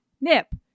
nip